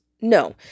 No